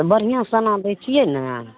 तऽ बढ़िआँ सोना दै छियै ने